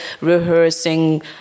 rehearsing